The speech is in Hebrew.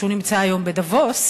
הוא נמצא היום בדבוס,